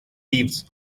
leaves